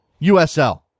USL